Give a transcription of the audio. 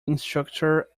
instructor